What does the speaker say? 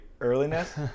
earliness